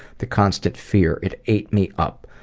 the constant fear. it ate me up.